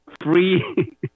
free